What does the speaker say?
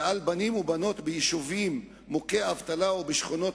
ועל בנים ובנות ביישובים מוכי אבטלה ובשכונות